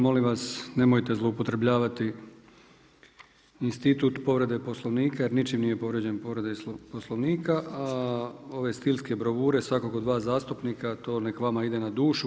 Molim vas nemojte zloupotrijebljavati institut povrede Poslovnika jer ničime nije povrijeđen, povrede Poslovnika a ove stilske bravure svakog od vas zastupnika to neka vama ide na dušu.